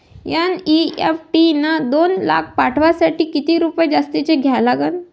NEFT न दोन लाख पाठवासाठी किती रुपये जास्तचे द्या लागन?